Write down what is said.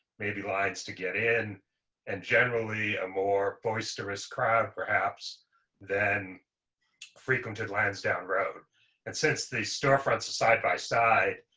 maybe lines to get in and generally ah more boisterous crowd. perhaps then frequented lansdowne road and since the storefront side by side,